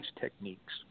techniques